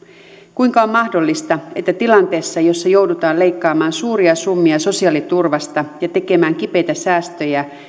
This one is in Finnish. kuinka on mahdollista että tilanteessa jossa joudutaan leikkaamaan suuria summia sosiaaliturvasta ja tekemään kipeitä säästöjä